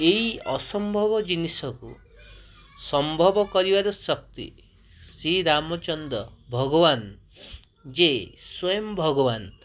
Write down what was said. ଏଇ ଅସମ୍ଭବ ଜିନିଷକୁ ସମ୍ଭବ କରିବାର ଶକ୍ତି ଶ୍ରୀରାମଚନ୍ଦ୍ର ଭଗବାନ ଯିଏ ସ୍ୱୟଂ ଭଗବାନ